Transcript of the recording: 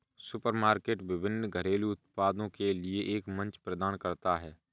supermarket विभिन्न घरेलू उत्पादों के लिए एक मंच प्रदान करता है